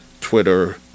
Twitter